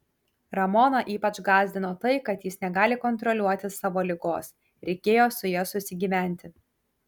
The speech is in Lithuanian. ramoną ypač gąsdino tai kad jis negali kontroliuoti savo ligos reikėjo su ja susigyventi